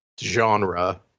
genre